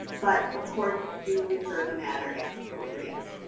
but of course do refer the matter as appropriate.